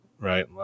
right